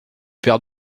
paire